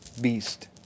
beast